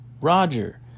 Roger